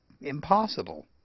impossible